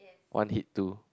one hit two